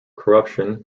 corruption